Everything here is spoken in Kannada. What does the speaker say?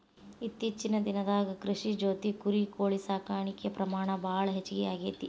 ಇತ್ತೇಚಿನ ದಿನದಾಗ ಕೃಷಿ ಜೊತಿ ಕುರಿ, ಕೋಳಿ ಸಾಕಾಣಿಕೆ ಪ್ರಮಾಣ ಭಾಳ ಹೆಚಗಿ ಆಗೆತಿ